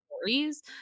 stories